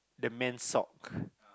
the man's sock